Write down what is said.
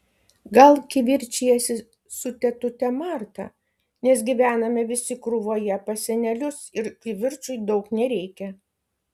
gal kivirčijasi su tetute marta nes gyvename visi krūvoje pas senelius ir kivirčui daug nereikia